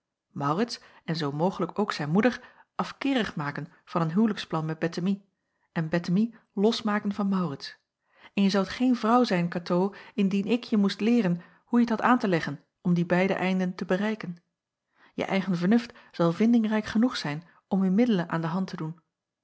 maurits en zoo mogelijk ook zijn moeder afkeerig maken van een huwelijksplan met bettemie en bettemie losmaken van maurits en je zoudt geen vrouw zijn katoo indien ik je moest leeren hoe je t hadt aan te leggen om die beide einden te bereiken je eigen vernuft zal vindingrijk genoeg zijn om u middelen aan de hand te doen